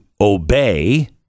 obey